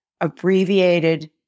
abbreviated